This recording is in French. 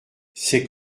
c’est